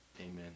amen